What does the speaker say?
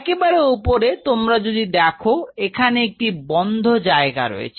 একেবারে উপরে তোমরা যদি দেখো এখানে একটি বন্ধ জায়গা রয়েছে